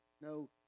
No